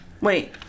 Wait